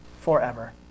forever